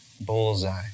Bullseye